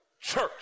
church